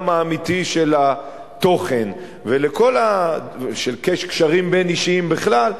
האמיתי של התוכן וקשרים בין-אישיים בכלל.